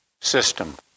system